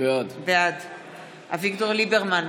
בעד אביגדור ליברמן,